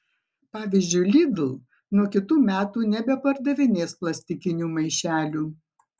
pavyzdžiui lidl nuo kitų metų nebepardavinės plastikinių maišelių